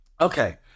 Okay